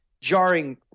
Jarring